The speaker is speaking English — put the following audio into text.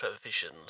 provisions